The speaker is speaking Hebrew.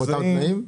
באותם תנאים?